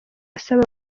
asaba